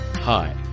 Hi